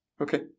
Okay